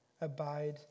Abide